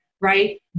right